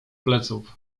pleców